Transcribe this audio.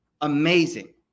Amazing